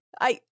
I-